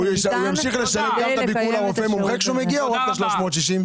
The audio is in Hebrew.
ישלם גם את הביקור לרופא מומחה או רק 360?